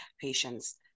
patients